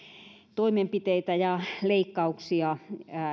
toimenpiteitä ja leikkauksia